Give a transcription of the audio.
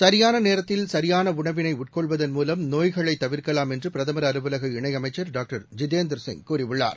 சியானநேரத்தில் சரியானஉணவினைஉட்கொள்வதன் மூலம் நோய்களைதவிர்க்கலாம் என்றுபிரதம் அலுவலக இணையமைச்ச் டாக்டர் ஜிதேந்தர் சிங் கூறியுள்ளார்